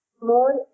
more